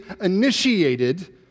initiated